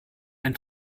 ein